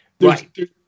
Right